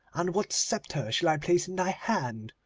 and what sceptre shall i place in thy hand?